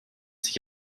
sich